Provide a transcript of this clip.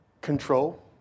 control